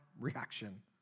reaction